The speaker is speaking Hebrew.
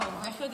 השר סופר,